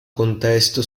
contesto